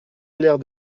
claire